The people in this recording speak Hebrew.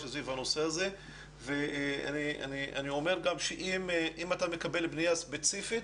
סביב הנושא הזה ואני אומר גם שאם אתה מקבל פנייה ספציפית